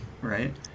right